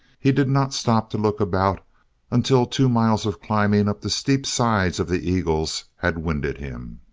he did not stop to look about until two miles of climbing up the steep sides of the eagles had winded him.